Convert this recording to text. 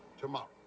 tomorrow